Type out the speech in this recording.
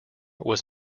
was